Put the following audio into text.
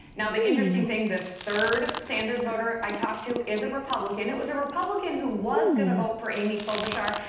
now, the interesting thing, this third sanders voter i talked to is a republican. it was a republican who was going to vote for amy klobuchar,